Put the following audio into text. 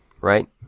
right